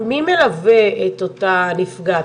מי מלווה את אותה נפגעת,